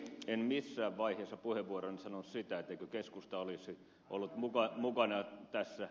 en missään vaiheessa puheenvuoroani sanonut sitä etteikö keskusta olisi ollut mukana tässä